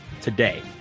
today